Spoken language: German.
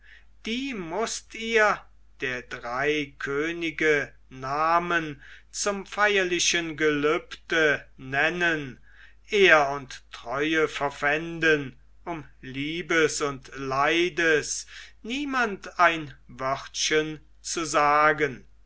die mußt ihr der drei könige namen zum feierlichen gelübde nennen ehr und treue verpfänden um liebes und leides niemand ein wörtchen zu sagen